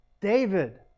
David